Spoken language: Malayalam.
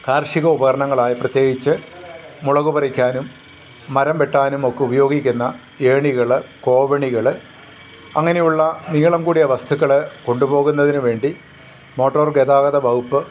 കാർഷിക ഉപകരണങ്ങളായി പ്രത്യേകിച്ച് മുളക് പറിക്കാനും മരം വെട്ടാനുമൊക്കെ ഉപയോഗിക്കുന്ന ഏണികൾ കോവണികൾ അങ്ങനെയുള്ള നീളം കൂടിയ വസ്തുക്കൾ കൊണ്ടു പോകുന്നതിനു വേണ്ടി മോട്ടോർ ഗതാഗത വകുപ്പ്